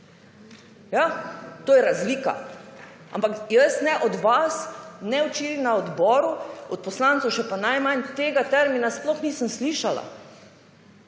To je razlika. Ampak jaz ne od vas ne včeraj na odboru, od poslancev pa še najmanj, tega termina sploh nisem slišala